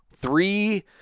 Three